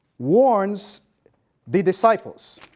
warns the disciples.